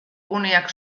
guneak